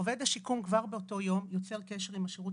עובד השיקום יוצר קשר כבר באותו יום עם השירות